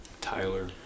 Tyler